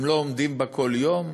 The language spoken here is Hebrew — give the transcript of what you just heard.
הם לא עומדים בה כל יום?